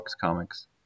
comics